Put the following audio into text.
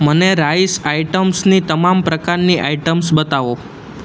મને રાઈસ આઈટમ્સની તમામ પ્રકારની આઈટમ્સ બતાવો